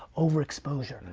overexposure,